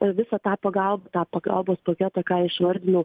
visą tą pagal tą pagalbos paketą ką išvardinau